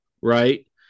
right